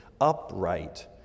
upright